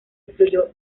influyó